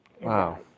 Wow